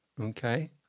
Okay